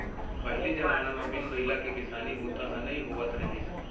पहिली जमाना म बिन बइला के किसानी बूता ह नइ होवत रहिस